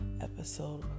episode